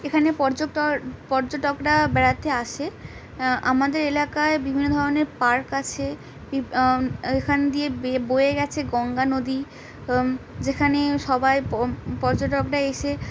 এখানে পর্যট পর্যটকরা বেড়াতে আসে আমাদের এলাকায় বিভিন্ন ধরনের পার্ক আছে এখান দিয়েয়ে বয়ে গেছে গঙ্গা নদী যেখানে সবাই পর্যটকরা এসে